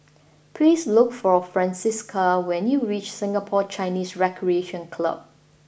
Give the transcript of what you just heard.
please look for Francisca when you reach Singapore Chinese Recreation Club